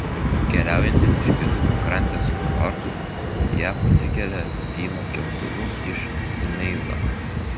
keliaujantys iš pietų pakrantės kurortų į ją pasikelia lyno keltuvu iš simeizo